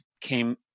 came